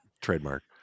trademark